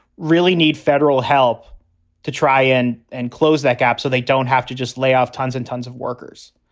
really need federal help to try and and close that gap so they don't have to just lay off tons and tons of workers.